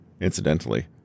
Incidentally